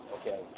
Okay